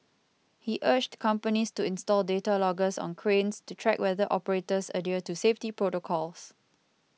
he urged companies to install data loggers on cranes to track whether operators adhere to safety protocols